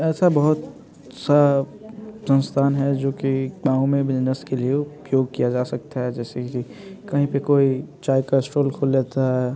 ऐसा बहुत सा संस्थान है जो कि गाँव में बिजनेस के लिए उपयोग किया जा सकता है जैसे कि कहीं पे कोई चाय का स्टॉल खोल लेता है